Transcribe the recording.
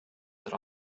that